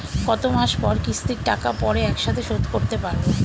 কত মাস পর কিস্তির টাকা পড়ে একসাথে শোধ করতে পারবো?